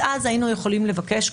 אז היינו יכולים לבקש.